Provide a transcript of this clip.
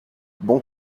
bon